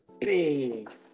big